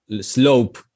slope